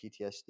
PTSD